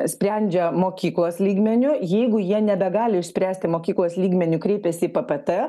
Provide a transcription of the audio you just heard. sprendžia mokyklos lygmeniu jeigu jie nebegali išspręsti mokyklos lygmeniu kreipiasi į ppt